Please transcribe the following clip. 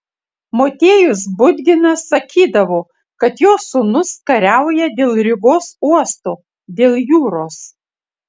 motiejus budginas sakydavo kad jo sūnus kariauja dėl rygos uosto dėl jūros